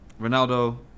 Ronaldo